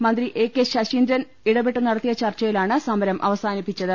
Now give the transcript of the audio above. മന്ത്രി A K Saseendran ഇടപെട്ടു നടത്തിയ ചർച്ചയിലാണ് സമരം അവസാനിപ്പിച്ചത്